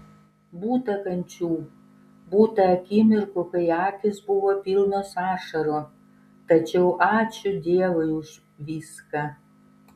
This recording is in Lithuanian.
būta kančių būta akimirkų kai akys buvo pilnos ašarų tačiau ačiū dievui už viską